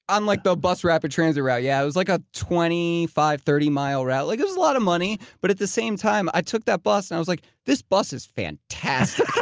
on like the bus rapid transit route. it yeah was like a twenty five, thirty mile route. like it was a lot of money. but at the same time, i took that bus and i was like, this bus is fantastic.